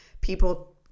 people